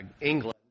England